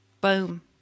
Boom